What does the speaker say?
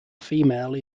female